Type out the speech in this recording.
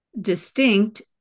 distinct